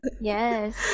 Yes